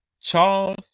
Charles